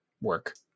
work